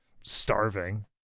starving